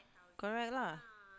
correct lah